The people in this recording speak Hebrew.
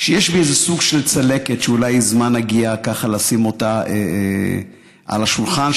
שיש בי איזה סוג של צלקת שאולי הגיע הזמן לשים אותה ככה על השולחן,